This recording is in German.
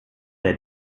der